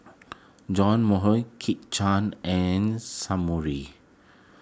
John Kit Chan and Sumari